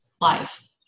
life